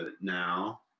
now